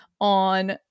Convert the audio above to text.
on